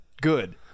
good